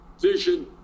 vision